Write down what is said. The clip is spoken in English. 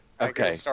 Okay